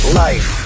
life